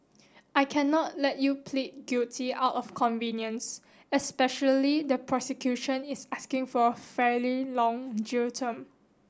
I cannot let you plead guilty out of convenience especially the prosecution is asking for a fairly long jail term